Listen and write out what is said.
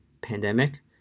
pandemic